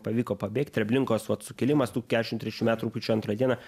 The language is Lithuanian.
pavyko pabėgt treblinkos vat sukilimas tų kešim trečių metų rygpjūčio antrą dieną